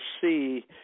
see